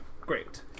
great